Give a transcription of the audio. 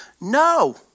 No